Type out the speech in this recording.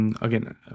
again